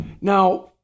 Now